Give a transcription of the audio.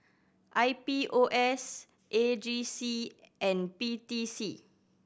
I P O S A G C and P T C